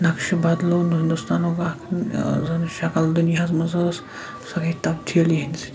نقشہِ بَدلو یُس زَن ہِندوستانُک اَکھ یُس زَن یہِ شکٕل دُنیاہَس منٛز ٲسۍ سۄ گٔے تبدیٖلی یِہِنٛدِ سۭتۍ